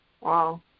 Wow